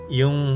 yung